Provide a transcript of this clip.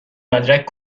مدرک